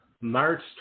March